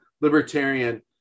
libertarian